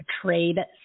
trade